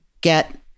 get